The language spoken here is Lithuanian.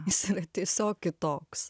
jis yra tiesiog kitoks